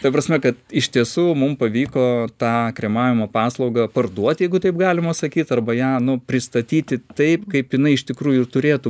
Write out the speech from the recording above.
ta prasme kad iš tiesų mum pavyko tą kremavimo paslaugą parduot jeigu taip galima sakyt arba ją nu pristatyti taip kaip jinai iš tikrųjų turėtų